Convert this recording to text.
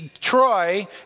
Troy